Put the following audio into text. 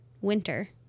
winter